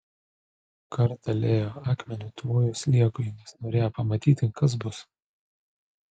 kartą leo akmeniu tvojo sliekui nes norėjo pamatyti kas bus